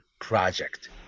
project